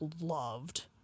loved